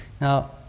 Now